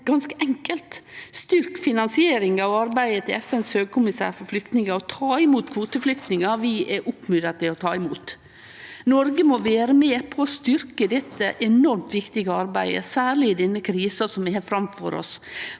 ganske enkelt: Styrk finansieringa av arbeidet til FNs høgkommissær for flyktningar og ta imot kvoteflyktningar vi er oppmoda til å ta imot. Noreg må vere med på å styrkje dette enormt viktige arbeidet, særleg i den krisa vi har framfor oss,